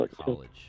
college